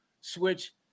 switch